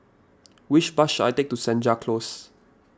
which bus should I take to Senja Close